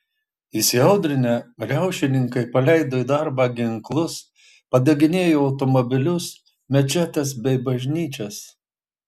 įsiaudrinę riaušininkai paleido į darbą ginklus padeginėjo automobilius mečetes bei bažnyčias